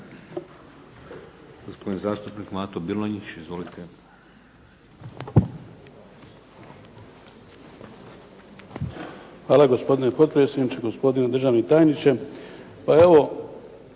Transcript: Hvala gospodine potpredsjedniče, gospodine državni tajniče.